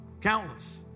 Countless